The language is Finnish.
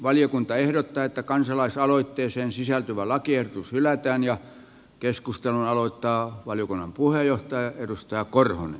valiokunta ehdottaa että kansalaisaloitteeseen sisältyvä lakiehdotus hylätään ja keskustelun aloittaa valiokunnan puheenjohtaja edustaja korhonen